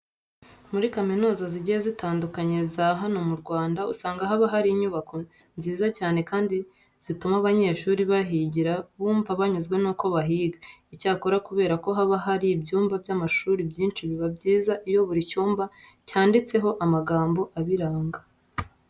Muri kaminuza zigiye zitandukanye za hano mu Rwanda usanga haba hari inyubako nziza cyane kandi zituma abanyeshuri bahigira bumva banyuzwe nuko bahiga. Icyakora kubera ko haba hari ibyumba by'amashuri byinshi biba byiza iyo buri cyumba cyanditseho amagambo abiranga.